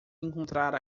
encontrar